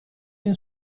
این